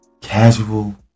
casual